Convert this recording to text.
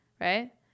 right